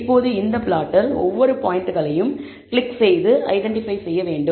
இப்போது இந்த பிளாட்டில் ஒவ்வொரு பாயிண்ட்களையும் கிளிக் செய்து ஐடென்டிபை செய்ய வேண்டும்